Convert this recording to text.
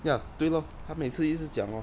ya 对 lor 他每次一直讲哦